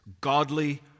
godly